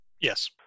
Yes